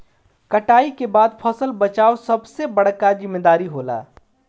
कटाई के बाद फसल बचावल सबसे बड़का जिम्मेदारी होला